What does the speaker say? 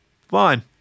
Fine